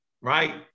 right